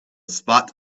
spot